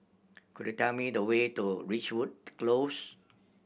could you tell me the way to Ridgewood Close